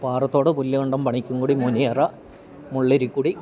പാറത്തോട് പുല്ല് കണ്ടം പണിക്കും കൂടി മുനിയറ മുള്ളരിക്കുടി